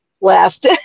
left